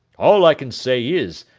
all i can say is,